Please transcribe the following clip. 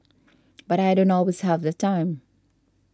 but I don't always have the time